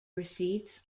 receipts